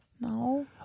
No